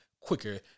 quicker